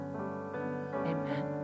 Amen